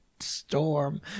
storm